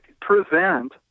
prevent